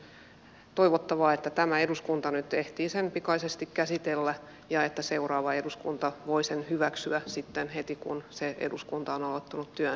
se on toivottavaa että tämä eduskunta nyt ehtii sen pikaisesti käsitellä ja että seuraava eduskunta voi sen hyväksyä sitten heti kun se eduskunta on aloittanut työnsä